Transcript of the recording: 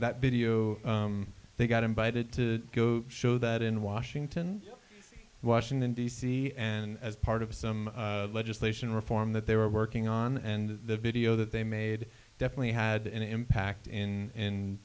that video they got invited to show that in washington washington d c and as part of some legislation reform that they were working on and the video that they made definitely had an impact in in